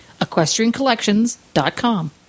EquestrianCollections.com